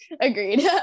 agreed